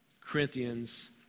Corinthians